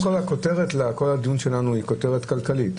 הכותרת לכל הדיון שלנו היא כותרת כלכלית?